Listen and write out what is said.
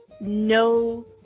no